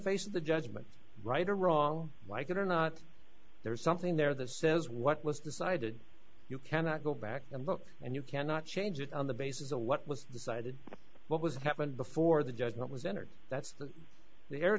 face of the judgment right or wrong like it or not there is something there that says what was decided you cannot go back and look and you cannot change it on the basis of what was decided what was happened before the judgment was entered that's the